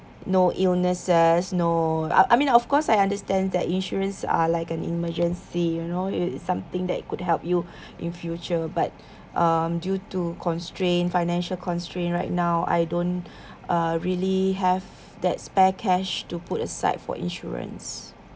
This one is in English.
no illnesses no I I mean of course I understand that insurance are like an emergency you know you something that could help you in future but um due to constraint financial constraint right now I don't uh really have that spare cash to put aside for insurance